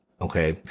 Okay